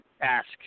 ask